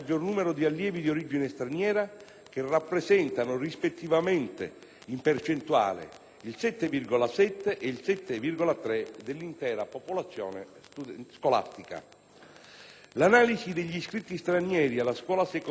che rappresentano rispettivamente, in percentuale, il 7,7 per cento e il 7,3 per cento dell'intera popolazione scolastica. L'analisi degli iscritti stranieri alla scuola secondaria di secondo grado